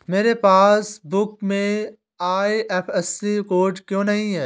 मेरे पासबुक में IFSC code क्यो नहीं है?